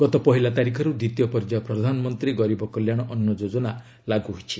ଗତ ପହିଲା ତାରିଖରୁ ଦ୍ୱିତୀୟ ପର୍ଯ୍ୟାୟ ପ୍ରଧାନମନ୍ତ୍ରୀ ଗରିବ କଲ୍ୟାଣ ଅନ୍ନ ଯୋଜନା ଲାଗୁ ହୋଇଛି